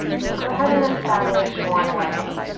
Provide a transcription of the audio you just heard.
so go ahead and establish one way